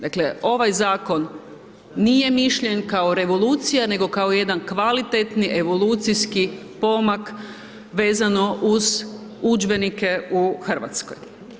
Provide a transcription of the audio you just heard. Dakle, ovaj zakon nije mišljen kao revolucija nego kao jedan kvalitetni evolucijski pomak vezano uz udžbenike u Hrvatskoj.